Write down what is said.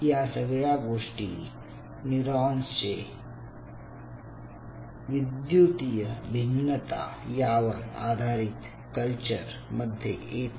या सगळ्या गोष्टी न्यूरॉन्सचे विद्युतीय भिन्नता यावर आधारित कल्चर मध्ये येते